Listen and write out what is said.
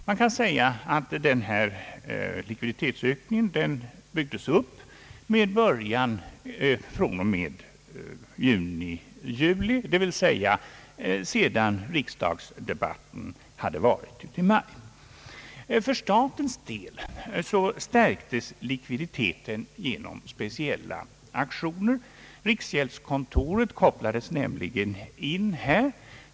Man kan säga, att denna likviditetsökning byggdes upp med början från och med juni—juli, dvs. sedan riksdagsdebatten hade förts i maj. För statens del stärktes likviditeten genom speciella aktioner. Riksgäldskontoret kopplades nämligen in.